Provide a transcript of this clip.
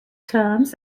terms